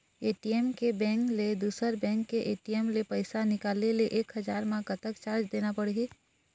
ATM के bank ले दुसर बैंक के ए.टी.एम ले पैसा निकाले ले एक हजार मा कतक चार्ज देना पड़ही?